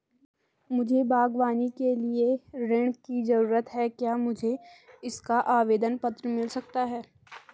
मुझे बागवानी के लिए ऋण की ज़रूरत है क्या मुझे इसका आवेदन पत्र मिल सकता है?